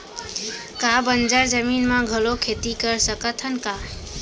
का बंजर जमीन म घलो खेती कर सकथन का?